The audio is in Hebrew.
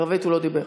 ערבית הוא לא דיבר.